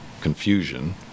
confusion